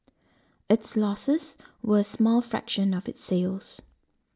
its losses were a small fraction of its sales